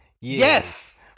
Yes